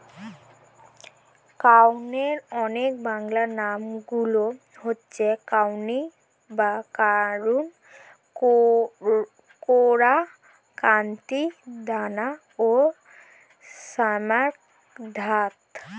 কাউনের অন্য বাংলা নামগুলো হচ্ছে কাঙ্গুই বা কাঙ্গু, কোরা, কান্তি, দানা ও শ্যামধাত